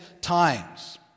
times